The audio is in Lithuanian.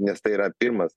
nes tai yra pirmas